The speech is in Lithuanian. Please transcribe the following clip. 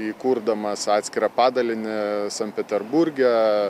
įkurdamas atskirą padalinį sankt peterburge